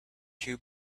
two